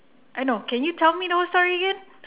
I know can you tell me the whole story again